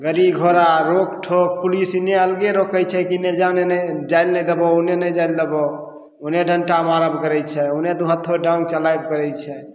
गड़ी घोड़ा रोक ठोक पुलिस इन्ने अलगे रोकय छै की ने जाने ने जाइ लए नहि देबहो ओन्ने ने जाइ लए देबहो उन्ने डण्टा मारल करय छै उन्ने दू हत्थो डाँग चलाइल करय छै